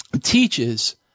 teaches